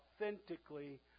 authentically